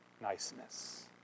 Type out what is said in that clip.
niceness